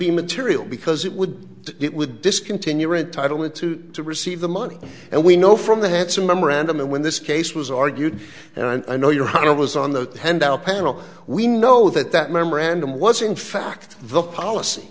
be material because it would it would discontinue entitlement to to receive the money and we know from the head some memorandum and when this case was argued and i know your heart was on the handout panel we know that that memorandum was in fact the policy